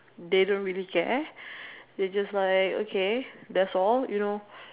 they don't really care they just like okay that's all you know